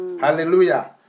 Hallelujah